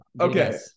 okay